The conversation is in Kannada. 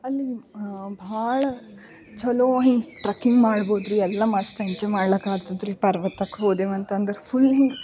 ಅಲ್ಲಿ ನಿಮ್ಮ ಭಾಳ ಚೆಲೋ ಹಿಂಗ ಟ್ರಕ್ಕಿಂಗ್ ಮಾಡ್ಬೋದು ರೀ ಎಲ್ಲ ಮಸ್ತ್ ಎಂಜಾಯ್ ಮಾಡ್ಲಿಕ್ಕೆ ಆತದರಿ ಪರ್ವತಕ್ಕೆ ಹೋದೆವು ಅಂತಂದ್ರೆ ಫುಲ್ ಹಿಂಗ